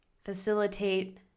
Facilitate